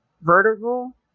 vertical